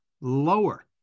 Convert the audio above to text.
lower